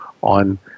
on